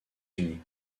unis